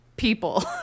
people